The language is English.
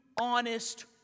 honest